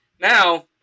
Now